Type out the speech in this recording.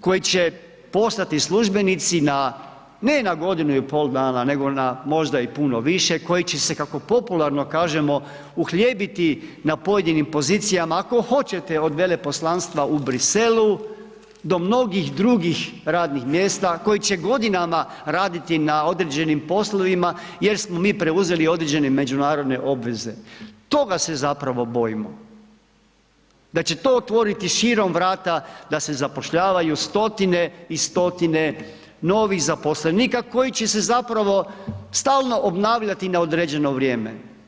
koji će postati službenici na, ne na godinu i pol dana, nego na možda i puno više, koji će se kako popularno kažemo uhljebiti na pojedinim pozicijama, ako hoćete od veleposlanstva u Briselu do mnogih drugih radnih mjesta, koji će godinama raditi na određenim poslovima jer smo mi preuzeli određene međunarodne obveze, toga se zapravo bojimo, da će to otvoriti širom vrata da se zapošljavaju stotine i stotine novih zaposlenika koji će se zapravo stalno obnavljati na određeno vrijeme.